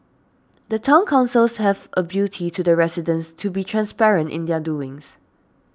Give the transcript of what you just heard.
the Town Councils have a duty to the residents to be transparent in their doings